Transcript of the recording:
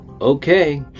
Okay